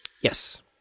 Yes